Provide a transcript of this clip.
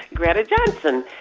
greta johnsen,